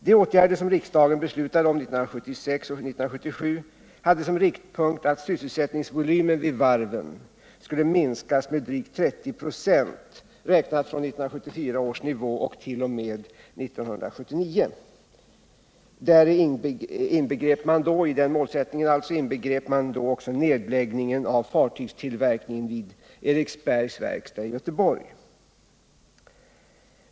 De åtgärder som riksdagen beslutade om 1976-1977 hade som riktpunkt att sysselsättningsvolymen vid varven skulle minskas med drygt 30 ?4 räknat från 1974 års nivå och 1. o. m. 1979. I den målsättningen inbegrep man också nedläggningen av fartygstillverkningen vid Eriksberg i Göteborg.